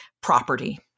property